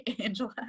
Angela